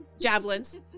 javelins